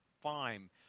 fine